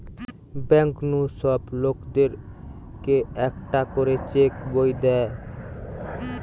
bank নু সব লোকদের কে একটা করে চেক বই দে